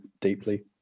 deeply